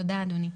תודה, אדוני.